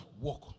work